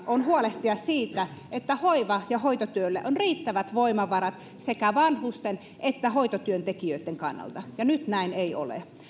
on huolehtia siitä että hoiva ja hoitotyölle on riittävät voimavarat sekä vanhusten että hoitotyöntekijöitten kannalta ja nyt näin ei ole